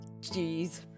jeez